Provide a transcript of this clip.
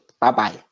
Bye-bye